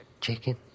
chicken